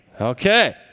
Okay